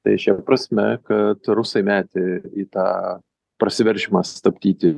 tai šia prasme kad rusai metė į tą prasiveržimą sustabdyti